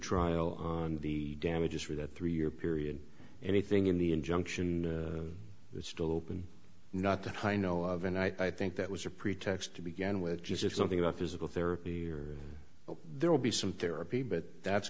trial on the damages for that three year period anything in the injunction is still open not that high i know of and i think that was a pretext to begin with just something about physical therapy or there will be some therapy but that's